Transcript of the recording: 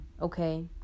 okay